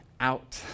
out